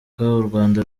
rwanda